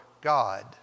God